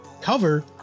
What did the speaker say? cover